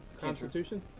Constitution